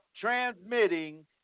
transmitting